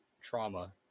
trauma